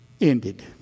ended